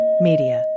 Media